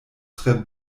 tre